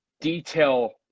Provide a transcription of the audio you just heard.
detail